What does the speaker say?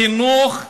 חינוך חינם,